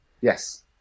Yes